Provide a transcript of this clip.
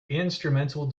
instrumental